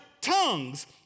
tongues